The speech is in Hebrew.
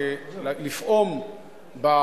אני מעביר את השרביט כסגן יושב-ראש לעמיתי,